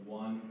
one